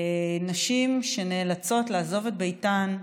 נשים שנאלצות לעזוב את ביתן,